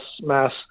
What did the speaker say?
mass